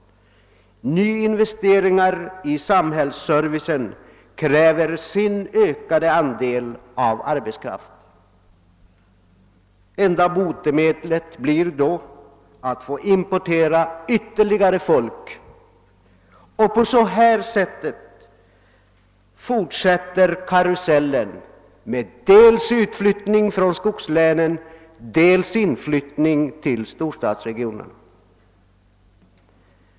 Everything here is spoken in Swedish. Nyinvesteringar i samhällsservice kräver sin ökade andel av arbetskraften. Det enda botemedlet blir då att importera ytterligare folk. På det sättet fortsätter karusellen med utflyttning från skogslänen och inflyttning till storstadsregionerna.